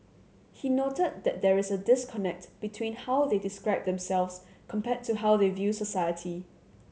he noted that there is a disconnect between how they describe themselves compared to how they view society